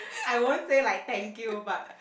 I won't say like thank you but